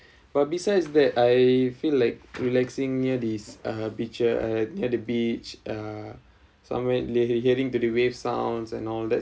but besides that I feel like relaxing near these uh beaches uh near the beach uh somewhere near hear~ hearing to the wave sounds and all that